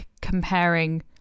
comparing